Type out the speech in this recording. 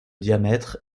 diamètre